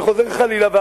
וחוזר חלילה.